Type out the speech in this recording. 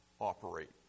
operate